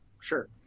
sure